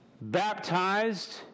baptized